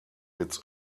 its